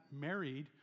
married